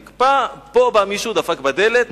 פה בא מישהו, דפק בדלת,